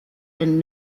and